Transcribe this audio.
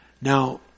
Now